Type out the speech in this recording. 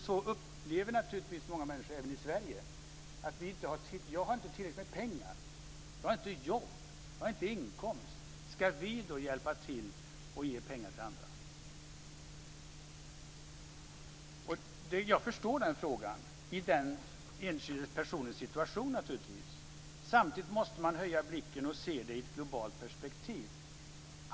Så upplever många människor även i Sverige situationen. De har inte tillräckligt med pengar, de har inte jobb eller inkomst. Ska vi då hjälpa till och ge pengar till andra? Jag förstår frågan - i den enskilde personens situation. Samtidigt måste man höja blicken och se i ett globalt perspektiv.